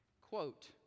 Quote